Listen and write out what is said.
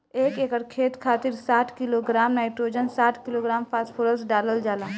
एक एकड़ खेत खातिर साठ किलोग्राम नाइट्रोजन साठ किलोग्राम फास्फोरस डालल जाला?